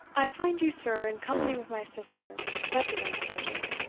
i find you, sir, in company with my sister, said the young soldier,